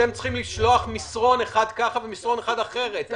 אתם צריכים לשלוח מסרון אחד ככה ומסרון אחד אחרת.